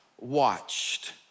watched